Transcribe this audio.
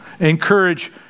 Encourage